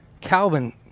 Calvin